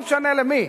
לא משנה למי,